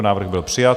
Návrh byl přijat.